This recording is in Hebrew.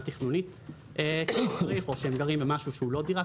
תכנונית כפי שצריך או שהם גרים במשהו שהוא לא דירת